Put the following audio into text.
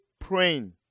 praying